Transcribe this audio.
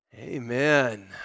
Amen